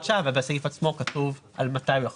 שעה ובסעיף עצמו כתוב על מתי הוא יחול.